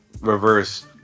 reverse